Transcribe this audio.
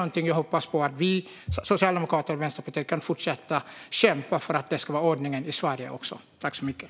Jag hoppas att vi vänsterpartister och socialdemokrater kan fortsätta kämpa för att det ska vara ordningen i Sverige också i framtiden.